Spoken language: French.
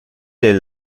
les